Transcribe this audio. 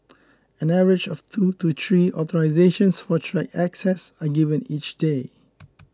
an average of two to three authorisations for track access are given each day